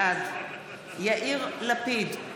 בעד יאיר לפיד,